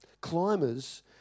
climbers